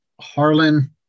Harlan